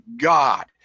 God